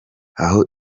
aho